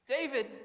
David